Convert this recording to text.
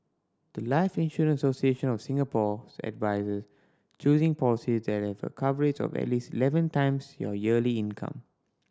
the life Insurance Association of Singapore's advises choosing policies that have a coverage of at least eleven times your yearly income